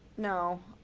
no.